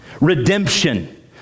Redemption